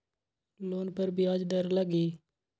Loan पर ब्याज दर लगी?